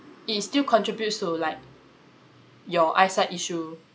it still contributes to like your eyesight issue